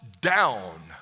down